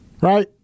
Right